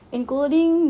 including